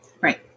Right